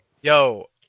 Yo